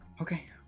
Okay